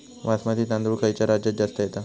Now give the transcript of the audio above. बासमती तांदूळ खयच्या राज्यात जास्त येता?